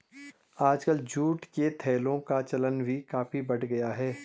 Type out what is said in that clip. आजकल जूट के थैलों का चलन भी काफी बढ़ गया है